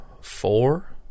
Four